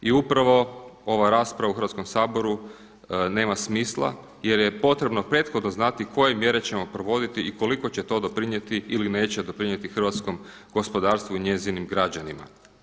I upravo ova rasprava u Hrvatskom saboru nema smisla jer je potrebno prethodno znati koje mjere ćemo provoditi i koliko će to doprinijeti ili neće doprinijeti hrvatskom gospodarstvu i njezinim građanima.